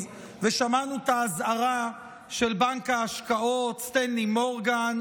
ושמענו את האזהרה של בנק ההשקעות סטנלי מורגן,